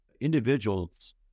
individuals